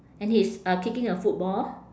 and he's uh kicking a football